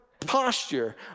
Posture